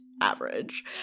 average